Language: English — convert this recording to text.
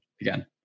Again